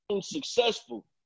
successful